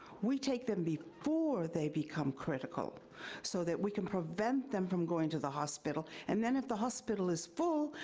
we take them before they become critical so that we can prevent them from going to the hospital, and then if the hospital is full,